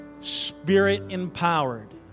spirit-empowered